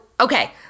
okay